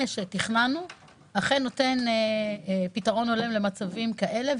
שתכננו אכן נותן פתרון הולם למצבים כאלה,